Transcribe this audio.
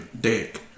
dick